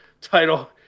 title